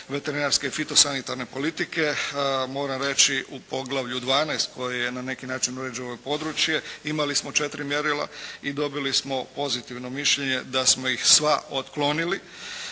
veterinarske fitosanitarne politike, mora reći u poglavlju 12. koji na neki način uređuje ovo područje imali smo 4 mjerila i dobili smo pozitivno mišljenje da smo ih sva otklonili,